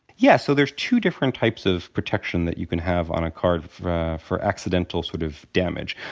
yes, so there's two different types of protection that you can have on a card for accidental sort of damage.